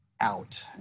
out